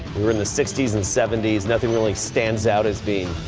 we're in the sixty s and seventy s nothing really stands out as being.